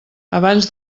abans